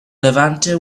levanter